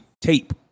tape